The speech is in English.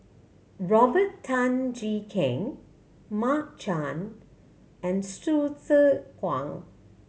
Robert Tan Jee Keng Mark Chan and Hsu Tse Kwang